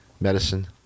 medicine